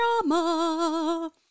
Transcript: drama